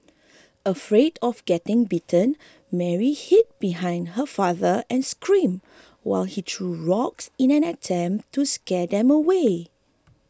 afraid of getting bitten Mary hid behind her father and screamed while he threw rocks in an attempt to scare them away